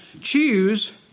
choose